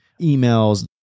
emails